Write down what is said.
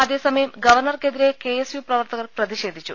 അതേസമയം ഗവർണർക്കെതിരെ K S U പ്രവർത്തകർ പ്രതിഷേധിച്ചു